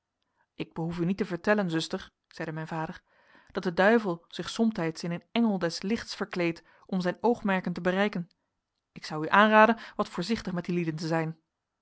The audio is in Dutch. ik behoef u niet te vertellen zuster zeide mijn vader dat de duivel zich somtijds in een engel des lichts verkleedt om zijn oogmerken te bereiken ik zou u aanraden wat voorzichtig met die lieden te zijn